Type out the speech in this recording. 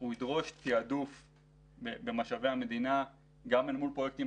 אנחנו נדרוש תעדוף במשאבי המדינה גם אל מול פרויקטים